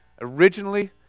originally